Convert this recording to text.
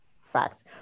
facts